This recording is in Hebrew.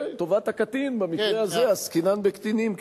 כן, טובת הקטין, במקרה הזה עסקינן בקטינים.